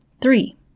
Three